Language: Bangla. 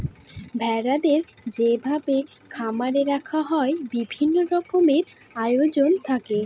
ভেড়াদের যেভাবে খামারে রাখা হয় বিভিন্ন রকমের আয়োজন থাকে